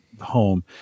home